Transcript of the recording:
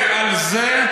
ומזה,